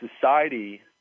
society